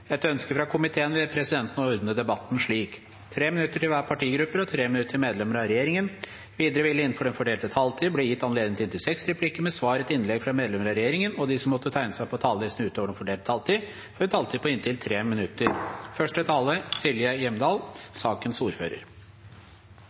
Etter ønske fra komiteen vil presidenten ordne debatten slik: 3 minutter til hver partigruppe og 3 minutter til medlemmer av regjeringen. Videre vil det – innenfor den fordelte taletid – bli gitt anledning til inntil fem replikker med svar etter innlegg fra medlemmer av regjeringen, og de som måtte tegne seg på talerlisten utover den fordelte taletid, får også en taletid på inntil 3 minutter.